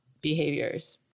behaviors